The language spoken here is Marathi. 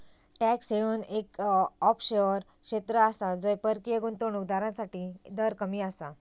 टॅक्स हेवन एक ऑफशोअर क्षेत्र आसा जय परकीय गुंतवणूक दारांसाठी दर कमी आसा